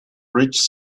reach